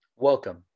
Welcome